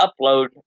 upload